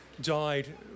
died